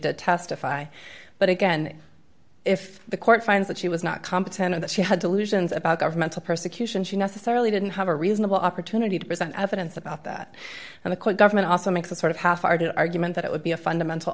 did testify but again if the court finds that she was not competent or that she had delusions about governmental persecution she necessarily didn't have a reasonable opportunity to present evidence about that and the court government also makes a sort of half hearted argument that it would be a fundamental